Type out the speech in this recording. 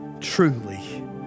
truly